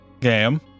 game